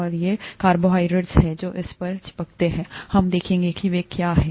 और ये कार्बोहाइड्रेट हैं जो इस पर चिपकते हैं हम देखेंगे कि वे क्या हैं